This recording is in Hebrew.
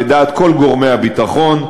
לדעת כל גורמי הביטחון,